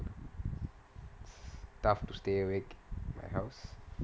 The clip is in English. tough to stay awake my house